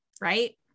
Right